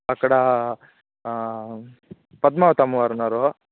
అక్కడ పద్మావతి అమ్మవారు ఉన్నారు